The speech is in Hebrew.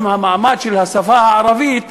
עם המעמד של השפה הערבית,